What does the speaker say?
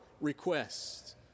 requests